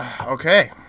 Okay